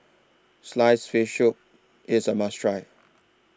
Sliced Fish Soup IS A must Try